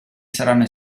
saranno